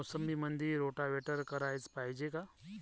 मोसंबीमंदी रोटावेटर कराच पायजे का?